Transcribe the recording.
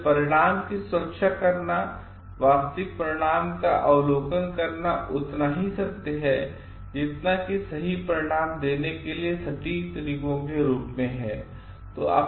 इसलिए परिणाम की सुरक्षा करना और वास्तविक परिणाम का अवलोकन करना उतना ही सत्य है जितना कि यह सही परिणाम देने के लिए सटीक तरीकों के रूप में है